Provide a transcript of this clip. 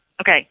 Okay